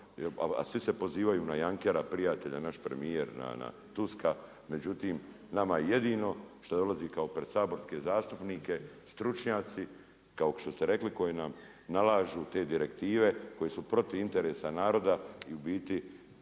a svi se pozivaju na Yunkera, prijatelja, naš premjer, na Tuska, međutim nama je jedino što dolazi kao pred saborske zastupnike, stručnjaci, kao što ste rekli, koji nam nalažu te direktive, koji su protiv interesa naroda i u biti,